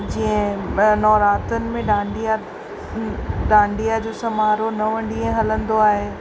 जीअं नवरात्रनि में डांडिया डांडीया जो समारोह नव ॾींहं हलंदो आहे